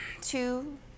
two